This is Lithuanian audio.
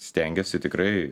stengiasi tikrai